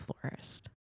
florist